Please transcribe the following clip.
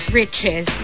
riches